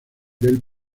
del